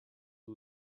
who